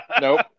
Nope